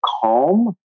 calm